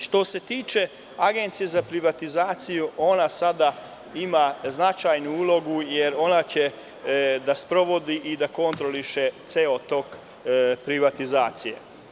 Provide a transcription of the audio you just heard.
Što se tiče Agencije za privatizaciju, ona ima značajnu ulogu, jer ona će da sprovodi i da kontroliše ceo tok privatizacije.